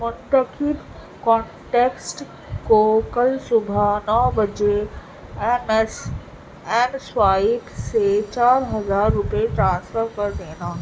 منتخب کانٹیکٹس کو کل صبح نو بجے ایم ایس ایم سوائیپ سے چار ہزار روپئے ٹرانسفر کر دینا